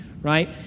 right